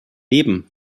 leben